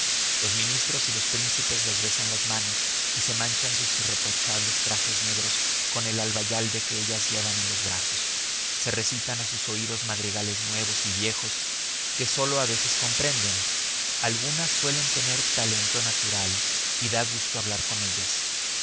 los ministros y los príncipes les besan las manos y se manchan sus irreprochables trajes negros con el albayalde que ellas llevan en los brazos se recitan a sus oídos madrigales nuevos y viejos que sólo a veces comprenden algunas suelen tener talento natural y da gusto hablar con ellas